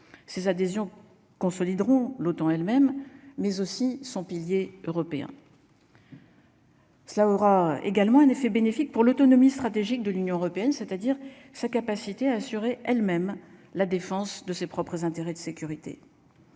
ces adhésions consoliderons l'OTAN elles-mêmes mais aussi son pilier européen. Cela aura également un effet bénéfique pour l'autonomie stratégique de l'Union Européenne, c'est-à-dire sa capacité à assurer elles-mêmes la défense de ses propres intérêts de sécurité,